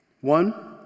One